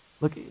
look